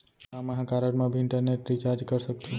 का मैं ह कारड मा भी इंटरनेट रिचार्ज कर सकथो